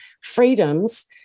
freedoms